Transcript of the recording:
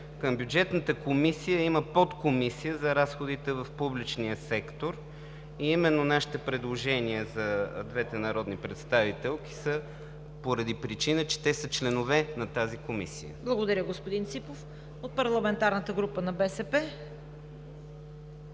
към Бюджетната комисия има подкомисия за разходите в публичния сектор и именно нашите предложения за двете народни представителки са поради причина, че те са членове на тази комисия. ПРЕДСЕДАТЕЛ ЦВЕТА КАРАЯНЧЕВА: Благодаря, господин Ципов. От парламентарната група на БСП.